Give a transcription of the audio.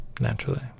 naturally